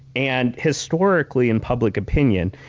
and historically, in public opinion,